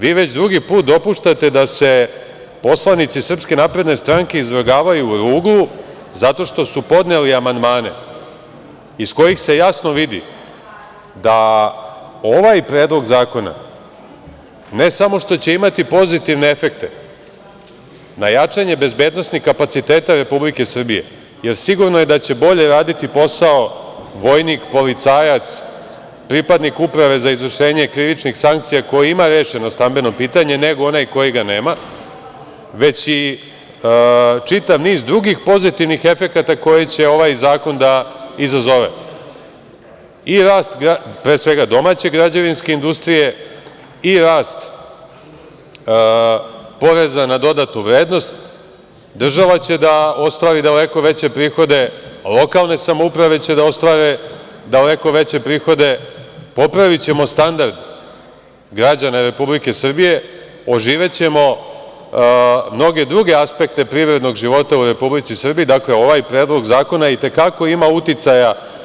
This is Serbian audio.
Vi već drugi put dopuštate da se poslanici SNS izvrgavaju ruglu zato što su podneli amandmane iz kojih se jasno vidi da ovaj Predlog zakona ne samo što će imati pozitivne efekte na jačanje bezbednosnih kapaciteta Republike Srbije, jer sigurno je da će bolje raditi posao vojnik, policajac, pripadnik Uprave za izvršenje krivičnih sankcija, koji ima rešeno stambeno pitanje nego onaj koji ga nema, već i čitav niz drugih pozitivnih efekata koje će ovaj zakon da izazove, pre svega rast domaće građevinske industrije, poreza na dodatu vrednost, država će da ostvari daleko veće prihode, lokalne samouprave će da ostvare daleko veće prihode, popravićemo standard građana Republike Srbije, oživećemo mnoge druge aspekte privrednog života u Republici Srbiji. dakle, ovaj Predlog zakona i te kako ima uticaja.